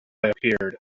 appeared